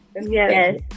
Yes